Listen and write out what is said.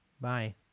bye